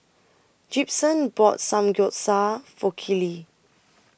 Gibson bought Samgeyopsal For Keely